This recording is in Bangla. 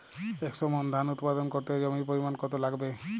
একশো মন ধান উৎপাদন করতে জমির পরিমাণ কত লাগবে?